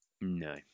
No